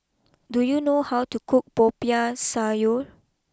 do you know how to cook Popiah Sayur